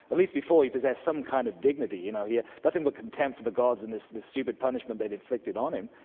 at least before, he possessed some kind of dignity, you know, nothing but contempt for the gods and this this stupid punishment they'd inflicted on him,